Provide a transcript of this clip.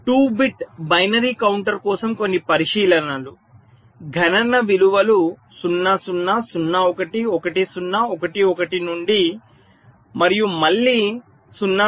2 bit binary counter కోసం కొన్ని పరిశీలనలు గణన విలువలు 0 0 0 1 1 0 1 1 నుండి మరియు మళ్ళీ 0 0